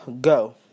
go